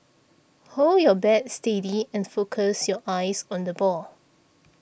hold your bat steady and focus your eyes on the ball